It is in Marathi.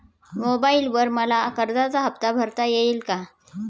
मोबाइलवर मला कर्जाचा हफ्ता भरता येईल का?